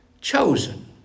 Chosen